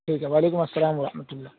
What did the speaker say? ٹھیک ہے وعلیکم السلام و رحمۃ اللہ